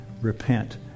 repent